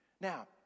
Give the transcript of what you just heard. now